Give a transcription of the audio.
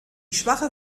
schwache